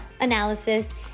analysis